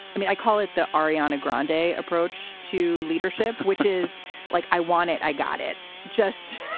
i mean, i call it the ariana grande day approach to leadership, which is like, i want it. i got it. just,